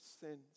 sins